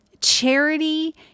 charity